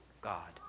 God